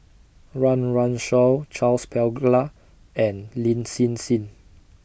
Run Run Shaw Charles Paglar and Lin Hsin Hsin